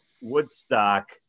Woodstock